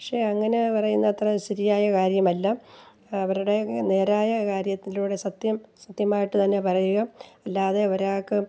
പക്ഷെ അങ്ങനെ പറയുന്നത്ര ശരിയായ കാര്യമല്ല അവരുടെ നേരമായ കാര്യത്തിലൂടെ സത്യം സത്യമായിട്ടു തന്നെ പറയുക അല്ലാതെ ഒരാൾക്ക്